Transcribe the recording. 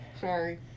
Sorry